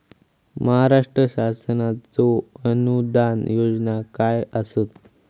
महाराष्ट्र शासनाचो अनुदान योजना काय आसत?